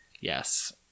Yes